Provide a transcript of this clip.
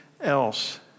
else